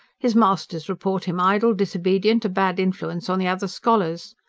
his masters report him idle, disobedient, a bad influence on the other scholars,